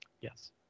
yes